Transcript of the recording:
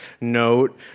note